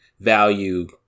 value